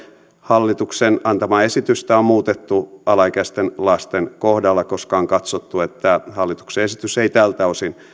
hallituksen antamaa esitystä on muutettu alaikäisten lasten kohdalla koska on katsottu että hallituksen esitys ei tältä osin